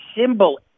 symbol